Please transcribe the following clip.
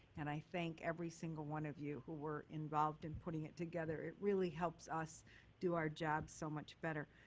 and i think every single one of you who were involved in putting it together, it really helped us do our job so much better.